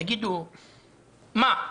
תגידו, מה,